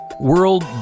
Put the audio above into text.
World